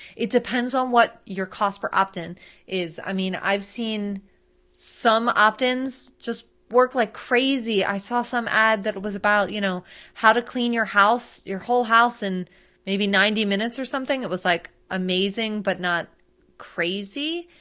it depends on what your cost per opt-in is. i mean i've seen some opt-ins just work like crazy. i saw some ad that was about you know how to clean your house, your whole house in maybe ninety minutes or something, it was like amazing but not crazy,